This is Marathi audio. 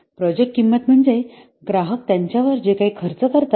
प्रोजेक्ट किंमत म्हणजे ग्राहक त्याच्यावर जे काही खर्च करतात